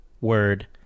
word